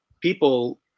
people